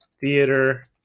Theater